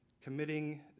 committing